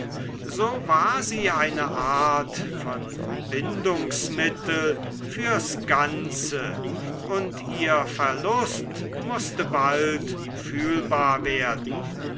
so war sie eine art bindungsmittel fürs ganze und ihr verlust mußte bald fühlbar werden